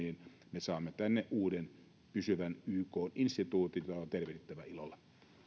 me saamme tänne uuden pysyvän ykn instituutin jota on tervehdittävä ilolla